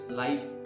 life